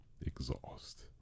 exhaust